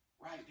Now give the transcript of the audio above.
right